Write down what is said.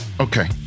Okay